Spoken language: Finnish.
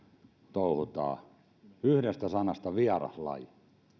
touhutaan yhdestä sanasta vieraslaji